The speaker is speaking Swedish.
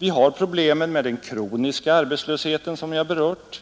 Vi har svårigheterna med den kroniska arbetslösheten, som jag har berört.